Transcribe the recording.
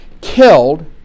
killed